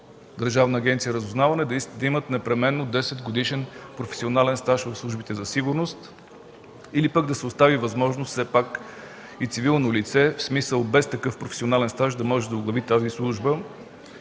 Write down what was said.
Държавна агенция „Разузнаване” да имат непременно 10-годишен професионален стаж в службите за сигурност или да се остави възможност все пак и цивилно лице, в смисъл без такъв професионален стаж, да може да оглави тази служба.